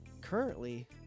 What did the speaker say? currently